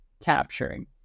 capturing